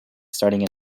starting